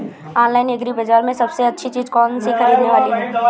Online agri बाजार में सबसे अच्छी चीज कौन सी ख़रीदने वाली है?